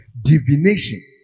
divination